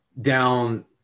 down